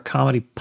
Comedy